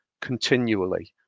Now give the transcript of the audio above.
continually